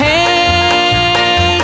Hey